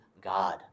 God